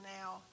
now